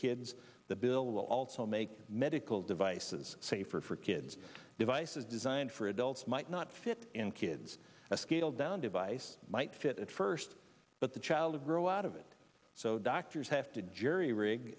kids the bill will also make medical devices safer for kids devices designed for adults might not fit in kids a scaled down device might fit at first but the child grow out of it so doctors have to jury rig